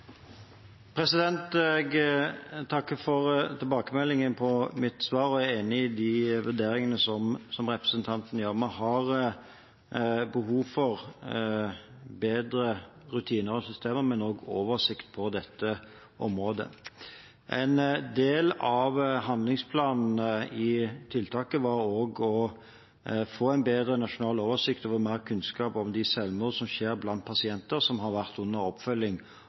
oftare. Jeg takker for tilbakemeldingen på mitt svar. Jeg er enig i vurderingene til representanten. Ja, vi har behov for bedre rutiner og systemer, men også oversikt på dette området. En del av handlingsplanen i tiltaket var å få en bedre nasjonal oversikt og få mer kunnskap om selvmord som skjer blant pasienter som har vært under oppfølging